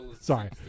Sorry